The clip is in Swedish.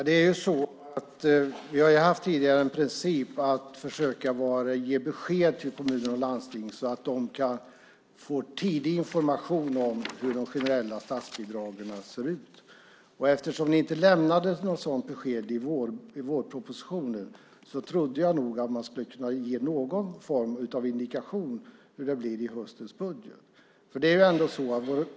Fru talman! Vi har tidigare haft principen att försöka ge besked till kommuner och landsting så att de ska få tidig information om hur de generella statsbidragen ser ut. Eftersom det inte lämnades något sådant besked i vårpropositionen trodde jag att man skulle kunna ge någon form av indikation om hur det blir i höstens budget.